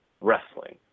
wrestling